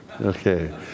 Okay